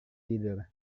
tidur